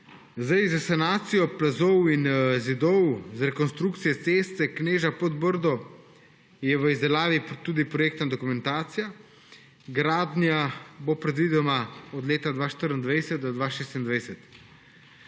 2024. Za sanacijo plazov in zidov, za rekonstrukcijo ceste Kneža–Podbrdo je v izdelavi tudi projektna dokumentacija. Gradnja bo predvidoma od leta 2024 do 2026.